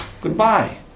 goodbye